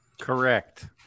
Correct